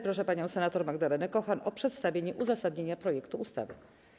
Proszę panią senator Magdalenę Kochan o przedstawienie uzasadnienia projektu ustawy.